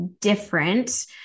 different